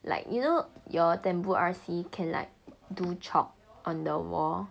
like you know your taboo R_C can like do chalk on the wall